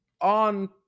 On